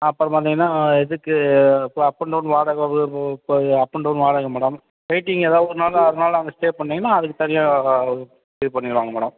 அப்புறம் பார்த்திங்கன்னா இதுக்கு பு அப் அண்ட் டவுன் வாடகை இப்போ அப் அண்ட் டவுன் வாடகை மேடம் வெயிட்டிங் ஏதாவுது ஒரு நாள் அரை நாள் அங்கே ஸ்டே பண்ணிங்கன்னால் அதுக்கு தனியாக பே பண்ணிக்கிலாங்க மேடம்